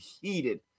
heated